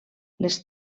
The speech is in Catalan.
les